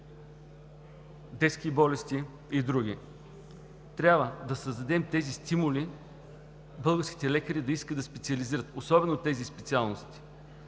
„Детски болести“ и други. Трябва да създадем тези стимули българските лекари да искат да специализират, особено в тези специалности.